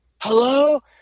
hello